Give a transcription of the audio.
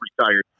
retired